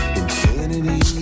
infinity